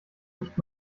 nicht